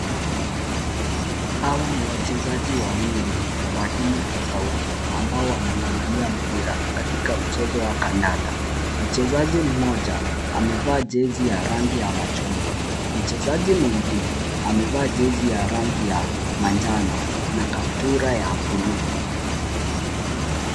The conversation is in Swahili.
Hawa ni wachezaji wawili wa timu tofauti ambao wanangangania mpira katika mchezo wa kandanda. Mchezaji mmoja amevaa jezi ya rangi ya machungwa. Mchezaji mwengine amevaa jezi ya rangi ya manjano na kaptula ya buluu.